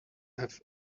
have